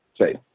say